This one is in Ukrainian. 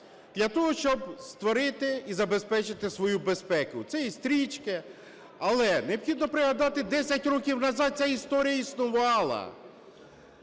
для того, щоб створити і забезпечити свою безпеку. Це і стрічки. Але необхідно пригадати, 10 років назад ця історія існувала.